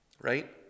Right